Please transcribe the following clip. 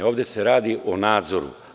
Ovde se radi o nadzoru.